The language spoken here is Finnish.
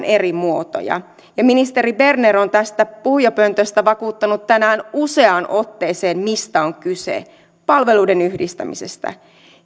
eri muotoja ministeri berner on tästä puhujapöntöstä vakuuttanut tänään useaan otteeseen mistä on kyse palveluiden yhdistämisestä